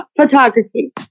Photography